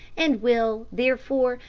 and will, therefore,